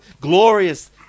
glorious